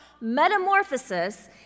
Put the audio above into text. metamorphosis